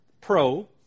pro